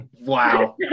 wow